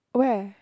where